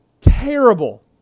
terrible